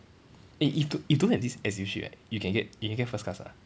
eh if don't if don't have this S_U shit right you can get you can get first class ah